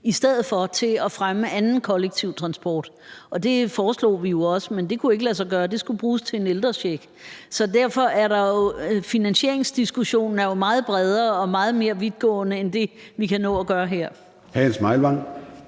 indgik til at fremme anden kollektiv transport, og det foreslog vi jo også, men det kunne ikke lade sig gøre. Det skulle i stedet bruges til en ældrecheck. Så derfor er finansieringsdiskussion jo meget bredere og meget mere vidtgående end det, vi kan nå at gøre her. Kl.